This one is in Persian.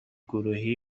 گروهی